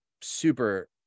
super